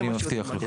זה מה שרציתי לומר.